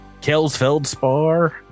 Kelsfeldspar